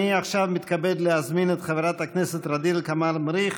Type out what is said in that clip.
אני עכשיו מתכבד להזמין את חברת הכנסת ע'דיר כאמל מריח.